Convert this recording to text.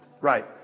Right